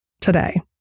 today